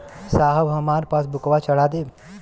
साहब हमार पासबुकवा चढ़ा देब?